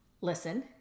listen